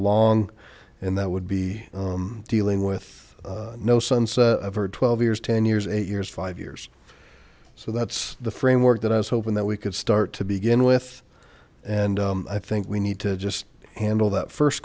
long and that would be dealing with no sense of her twelve years ten years eight years five years so that's the framework that i was hoping that we could start to begin with and i think we need to just handle that first